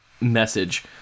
message